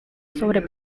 sobre